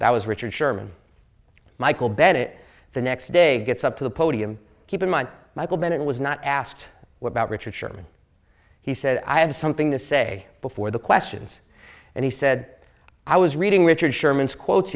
that was richard sherman michael bennett the next day gets up to the podium keep in mind michael bennett was not asked what about richard sherman he said i have something to say before the questions and he said i was reading richard sherman's quotes